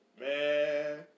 man